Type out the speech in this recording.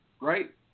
right